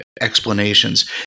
explanations